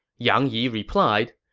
yang yi replied,